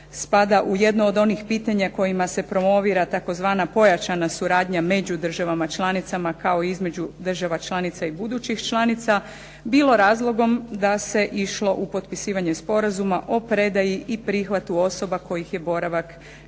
u jedno od onih pitanja kojima se promovira tzv. pojačanja suradnja među državama članicama kao i između država članica i budućih članica bilo razlogom da se išlo u potpisivanje Sporazuma o predaji i prihvatu osoba kojih je boravak nezakonit